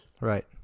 Right